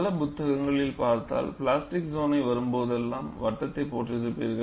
பல புத்தகங்களில் பார்த்தால் பிளாஸ்டிக் சோன்னை வரும்போதெல்லாம் வட்டத்தை போட்டிருப்பார்கள்